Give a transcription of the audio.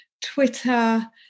Twitter